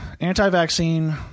anti-vaccine